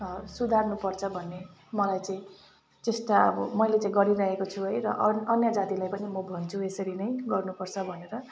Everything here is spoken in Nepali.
सुधार्नुपर्छ भन्ने मलाई चाहिँ चेष्टा अब मैले चाहिँ गरिरहेको छु है र अ अन्य जातिले पनि म गर्छु यसरी नै गर्नुपर्छ भनेर